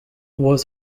was